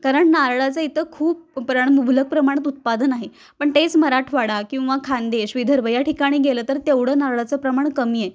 कारण नारळाचं इथं खूप प्रण मुलबक प्रमाणात उत्पादन आहे पण तेच मराठवाडा किंवा खानदेश विदर्भ या ठिकाणी गेलं तर तेवढं नारळाचं प्रमाण कमी आहे